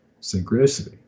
synchronicity